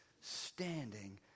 standing